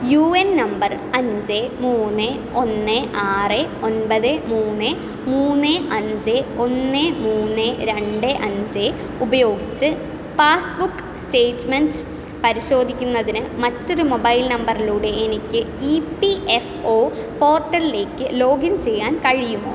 U N number അഞ്ച് മൂന്ന് ഒന്ന് ആറ് ഒൻപത് മൂന്ന് മൂന്ന് അഞ്ച് ഒന്ന് മൂന്ന് രണ്ട് അഞ്ച് ഉപയോഗിച്ച് പാസ്ബുക്ക് സ്റ്റേറ്റ്മെൻറ് പരിശോധിക്കുന്നതിന് മറ്റൊരു മൊബൈൽ നമ്പറിലൂടെ എനിക്ക് ഇ പി എഫ് ഒ പോർട്ടലിലേക്ക് ലോഗിൻ ചെയ്യാൻ കഴിയുമോ